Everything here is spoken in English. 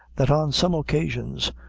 that, on some occasions,